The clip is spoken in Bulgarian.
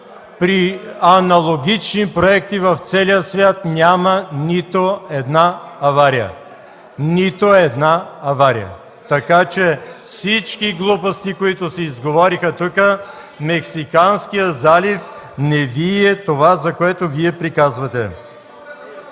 При аналогични проекти в целия свят няма нито една авария! Нито една авария! Много глупости се изговориха тук – Мексиканският залив не Ви е това, за което приказвате.